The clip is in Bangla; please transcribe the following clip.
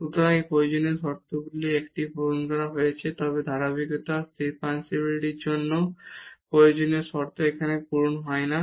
সুতরাং এখানে প্রয়োজনীয় শর্তগুলির মধ্যে একটি পূরণ করা হয়েছে তবে ধারাবাহিকতাটিও ডিফারেনশিবিলিটির জন্য প্রয়োজনীয় শর্ত যা এখানে পূরণ হয় না